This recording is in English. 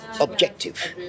objective